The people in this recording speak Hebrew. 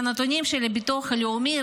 מהנתונים של הביטוח הלאומי,